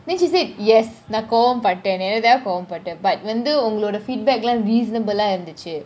then she said yes நான் கோவம் பட்டன் நேரம் தடவ கோவை பட்டன் :naan kovam pattan neram thadava kova pattan but உங்க :unga feedback லாம் :lam reasonable eh இருந்துச்சி :irunthuchi